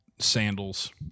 sandals